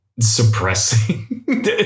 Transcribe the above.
suppressing